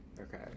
okay